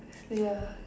ya